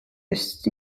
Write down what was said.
ist